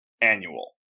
annual